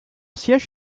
siège